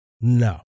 No